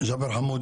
ג'בר חמוד,